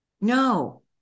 No